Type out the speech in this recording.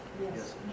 Yes